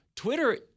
Twitter